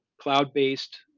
cloud-based